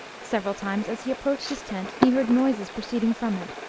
several times, as he approached his tent, he heard noises proceeding from it,